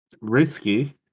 Risky